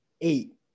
eight